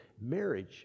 Marriage